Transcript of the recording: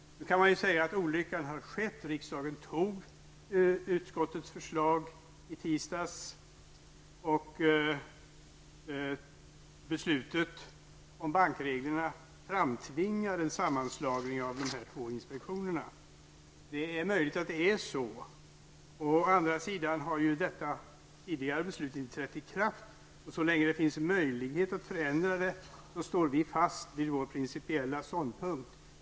Nu kan man säga att olyckan har skett. Riksdagen biföll i tisdags utskottets förslag. Beslutet om bankreglerna framtvingar en sammanslagning av dessa båda inspektioner. Det är möjligt att det är så, men å andra sidan har beslutet ännu inte trätt i kraft, och så länge det finns en möjlighet att förändra det, står vi fast vid vår principiella ståndpunkt.